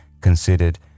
considered